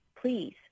please